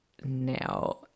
now